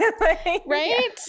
right